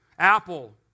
Apple